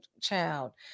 Child